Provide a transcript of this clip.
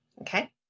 Okay